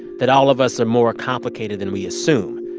that all of us are more complicated than we assume.